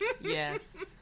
Yes